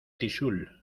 tixul